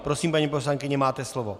Prosím, paní poslankyně, máte slovo.